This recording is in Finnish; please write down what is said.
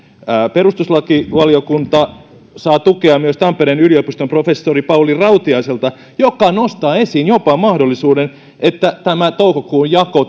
perustuslakivaliokunta saa tukea myös tampereen yliopiston professorilta pauli rautiaiselta joka nostaa esiin jopa mahdollisuuden että toukokuun jako